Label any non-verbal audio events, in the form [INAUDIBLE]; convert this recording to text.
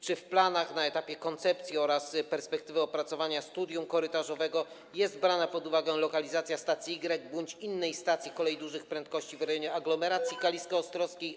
Czy w planach na etapie koncepcji oraz perspektywy opracowania studium korytarzowego jest brana pod uwagę lokalizacja stacji Y bądź innej stacji kolei dużych prędkości w rejonie [NOISE] aglomeracji kalisko-ostrowskiej?